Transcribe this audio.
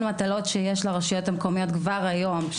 מטלות שיש לרשויות המקומיות כבר היום,